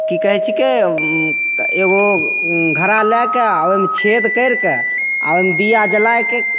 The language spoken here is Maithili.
कि कहै छिकै एगो घड़ा लैके आओर ओहिमे छेद करिके आओर ओहिमे दीया जलैके